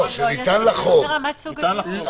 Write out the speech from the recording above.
ניתן לחרוג.